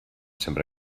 sempre